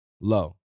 Low